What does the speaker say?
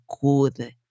good